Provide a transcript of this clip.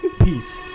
peace